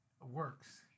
Works